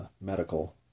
medical